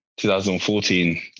2014